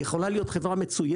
זו יכולה להיות חברה מצוינת,